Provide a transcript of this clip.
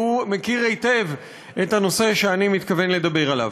והוא מכיר היטב את הנושא שאני מתכוון לדבר עליו.